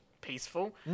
peaceful